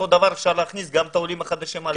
אותו דבר אפשר להכניס גם את העולים החדשים האלה.